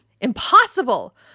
Impossible